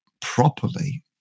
properly